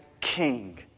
king